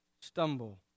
stumble